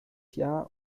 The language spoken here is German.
jahr